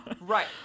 right